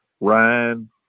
ryan